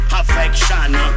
affection